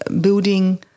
building